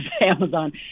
amazon